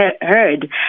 heard